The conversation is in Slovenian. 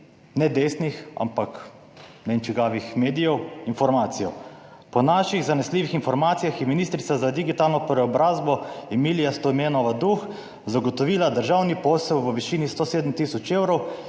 ne desnih, ampak ne vem čigavih medijev informacijo. Po naših zanesljivih informacijah je ministrica za digitalno preobrazbo Emilija Stojmenova Duh zagotovila državni posel v višini 107 tisoč evrov